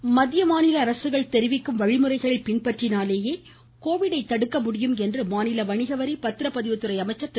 வீரமணி மத்திய மாநில அரசுகள் தெரிவிக்கும் வழிமுறைகளை பின்பற்றினால் கோவிடை தடுக்க முடியும் என்று மாநில வணிகவரி பத்திர பதிவுத்துறை அமைச்சர் திரு